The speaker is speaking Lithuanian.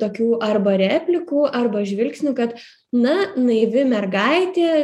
tokių arba replikų arba žvilgsnių kad na naivi mergaitė